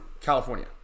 California